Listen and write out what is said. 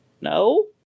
no